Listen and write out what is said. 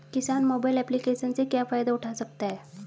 किसान mobile application से क्या फायदा उठा सकता है?